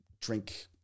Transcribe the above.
drink